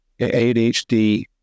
ADHD